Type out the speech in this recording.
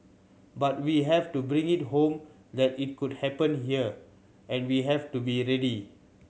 but we have to bring it home that it could happen here and we have to be ready